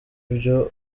ibyo